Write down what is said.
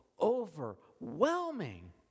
overwhelming